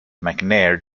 mcnair